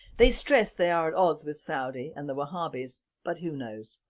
they stress they are at odds with saudi and the wahhabis but who knows?